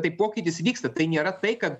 tai pokytis vyksta tai nėra tai kad